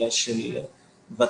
אלא של ות"ת,